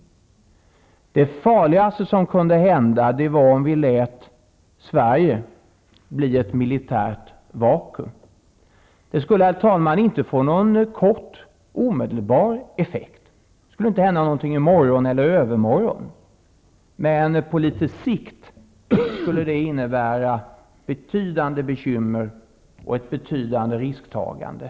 Det farligaste som kunde hända vore om vi lät Sverige bli ett militärt vakuum. Det skulle, herr talman, inte få någon omedelbar effekt -- det skulle inte hända någonting i morgon eller i övermorgon -- men på litet sikt skulle det innebära betydande bekymmer och ett betydande risktagande.